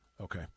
Okay